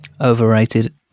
Overrated